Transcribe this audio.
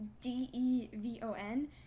D-E-V-O-N